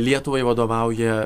lietuvai vadovauja